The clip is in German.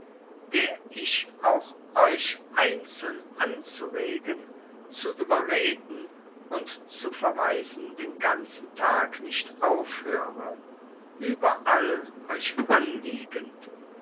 der ich auch euch einzeln anzuregen zu überreden und zu verweisen den ganzen tag nicht aufhöre überall euch anliegend